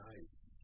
nice